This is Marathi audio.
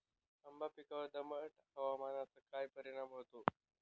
आंबा पिकावर दमट हवामानाचा काय परिणाम होतो?